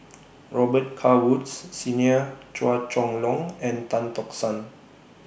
Robet Carr Woods Senior Chua Chong Long and Tan Tock San